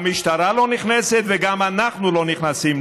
המשטרה לא נכנסת וגם אנחנו לא נכנסים,